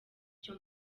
cyo